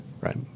Right